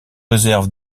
réserve